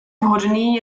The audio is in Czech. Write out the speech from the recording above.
vhodný